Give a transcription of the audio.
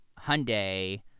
Hyundai